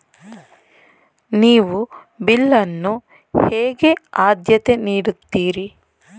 ನೀವು ಬಿಲ್ ಅನ್ನು ಹೇಗೆ ಆದ್ಯತೆ ನೀಡುತ್ತೀರಿ?